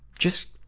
just,